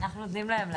אנחנו נותנים להם לעבוד.